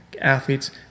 athletes